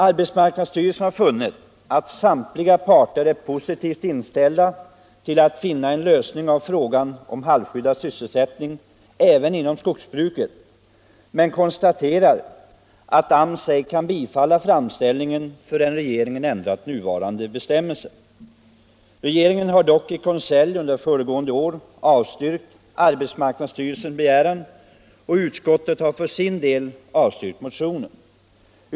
Arbetsmarknadsstyrelsen har funnit att samtliga parter är positivt inställda till att finna en lösning av frågan om halvskyddad sysselsättning även inom skogsbruket men konstaterat att styrelsen ej kan bifalla framställningen förrän regeringen ändrat nuvarande bestämmelser. Regeringen har dock i konselj under föregående år avstyrkt arbetsmarknadsstyrelsen begäran, och utskottet har för sin del avstyrkt motionen.